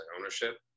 ownership